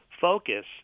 focus